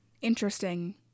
interesting